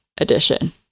edition